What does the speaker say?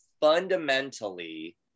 fundamentally